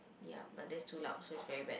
ya but that's too loud so it's very bad